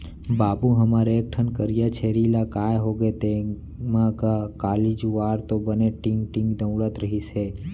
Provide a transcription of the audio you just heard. बाबू हमर एक ठन करिया छेरी ला काय होगे तेंमा गा, काली जुवार तो बने टींग टींग दउड़त रिहिस हे